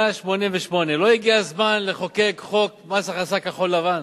188. לא הגיע הזמן לחוקק חוק מס הכנסה כחול-לבן,